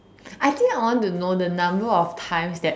I think I want to know the number of times that